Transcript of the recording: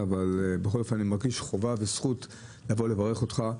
אבל בכל אופן אני מרגיש חובה וזכות לבוא לברך אותך.